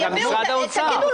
גם משרד האוצר.